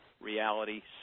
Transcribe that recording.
reality